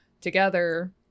together